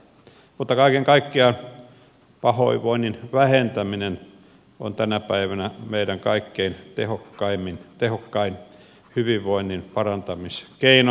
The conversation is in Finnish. mutta kaiken kaikkiaan pahoinvoinnin vähentäminen on tänä päivänä meidän kaikkein tehokkain hyvinvoinnin parantamiskeino